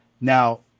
Now